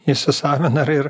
įsisavina ir ir